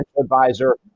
advisor